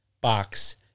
box